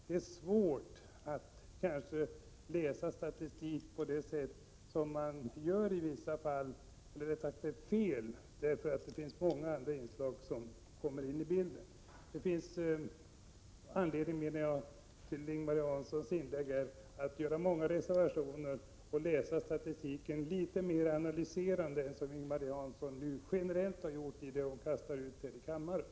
Det finns anledning att göra många reservationer till Ing-Marie Hanssons inlägg. Man bör läsa statistik på ett litet mera analyserande sätt än Ing-Marie Hansson gör och inte kasta ur sig sådana här påståenden i kammaren.